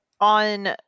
On